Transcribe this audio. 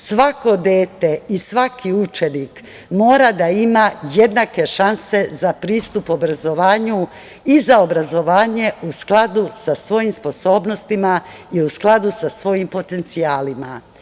Svako dete i svaki učenik mora da ima jednake šanse za pristup obrazovanju i za obrazovanje u skladu sa svojim sposobnostima i u skladu sa svojim potencijalima.